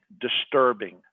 disturbing